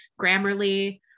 grammarly